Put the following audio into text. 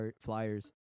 flyers